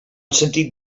sentit